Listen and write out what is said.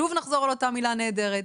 נחזור לאותה מילה נהדרת,